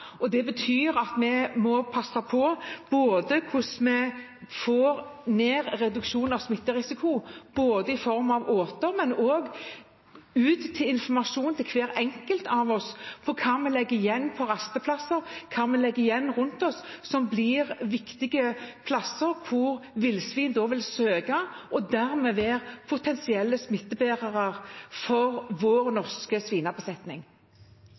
Det betyr at vi må passe på hvordan vi reduserer smitterisikoen i form av åte, og sørge for informasjon til hver enkelt av oss om hva vi legger igjen rundt oss og på rasteplasser, som blir viktige plasser dit villsvin vil søke og dermed være potensielle smittebærere for vår norske svinebesetning. Villsvin er et dyr som vandrer – ikke fort, men de vandrer i flokk. De er på